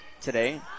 today